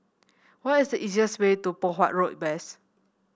what is the easiest way to Poh Huat Road West